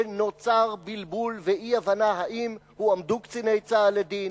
ונוצרו בלבול ואי-הבנה האם הועמדו קציני צה"ל לדין,